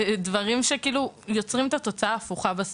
אז זה שיח שיוצר בסוף את התוצאה ההפוכה.